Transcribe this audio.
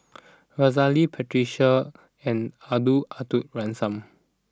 Aziza Ali Patricia and Gordon Arthur Ransome